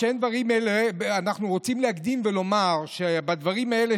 אנחנו רוצים להקדים ולומר שבדברים האלה